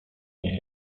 nie